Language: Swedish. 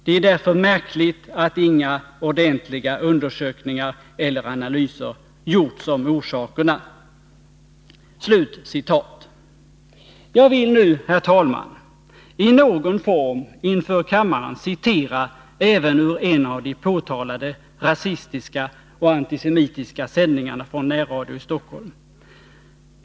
Det är därför märkligt att inga ordentliga Jag vill nu, herr talman, inför kammaren referera även en av de påtalade Onsdagen den rasistiska och antisemitiska sändningarna från närradion i Stockholm.